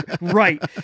right